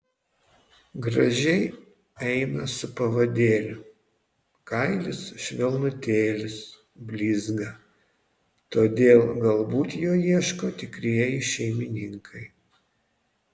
gražiai eina su pavadėliu kailis švelnutėlis blizga todėl galbūt jo ieško tikrieji šeimininkai